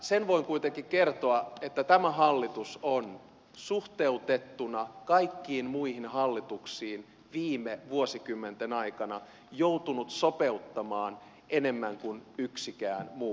sen voin kuitenkin kertoa että tämä hallitus on suhteutettuna kaikkiin muihin hallituksiin viime vuosikymmenten aikana joutunut sopeuttamaan enemmän kuin yksikään muu